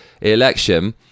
election